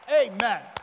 Amen